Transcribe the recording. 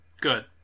Good